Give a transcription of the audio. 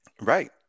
Right